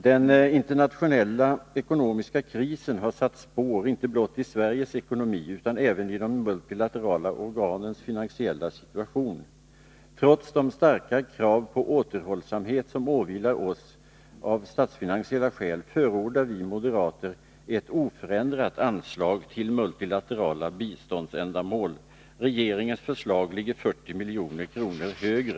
Den internationella ekonomiska krisen har satt spår inte blott i Sveriges ekonomi utan även i de multilaterala organens finansiella situation. Trots de starka krav på återhållsamhet som åvilar oss av statsfinansiella skäl, förordar vi moderater ett oförändrat anslag till multilaterala biståndsändamål. Regeringens förslag ligger 40 milj.kr. högre.